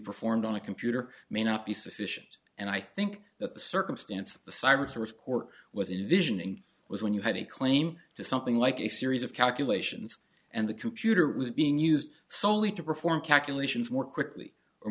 performed on a computer may not be sufficient and i think that the circumstance of the sirens to report was in vision in was when you had a claim to something like a series of calculations and the computer was being used solely to perform calculations more quickly or